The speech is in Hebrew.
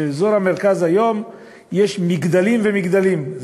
באזור המרכז היום יש מגדלים ומגדלים,